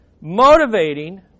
Motivating